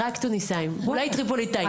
רק תוניסאים, אולי טריפוליטאים.